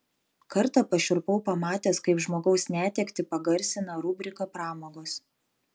kartą pašiurpau pamatęs kaip žmogaus netektį pagarsina rubrika pramogos